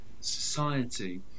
society